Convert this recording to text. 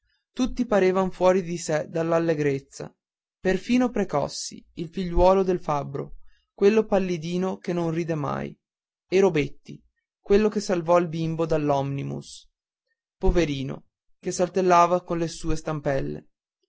tutti parevan fuor di sé dall'allegrezza perfino precossi il figliuolo del fabbro quello pallidino che non ride mai e robetti quello che salvò il bimbo dall'omnibus poverino che saltellava con le sue stampelle